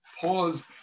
pause